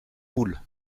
boule